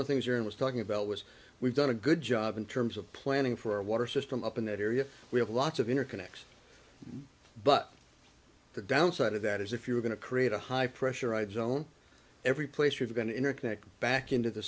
of things you're in was talking about was we've done a good job in terms of planning for our water system up in that area we have lots of interconnects but the downside of that is if you're going to create a high pressure i'd zone every place you're going to interconnect back into the